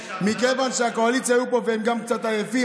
מכיוון שהקואליציה היו פה והם גם קצת עייפים,